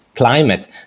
Climate